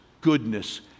goodness